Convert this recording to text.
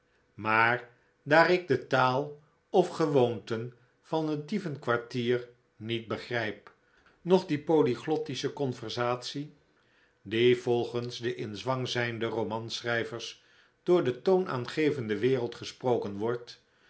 maar daar ik de taal of gewoonten van het dievenkwartier niet begrijp noch die polyglottische conversatie die volgens de in zwang zijnde romanschrijvers door de toonaangevende wereld gesproken wordt